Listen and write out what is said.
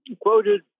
quoted